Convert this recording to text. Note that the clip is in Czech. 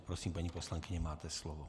Prosím, paní poslankyně, máte slovo.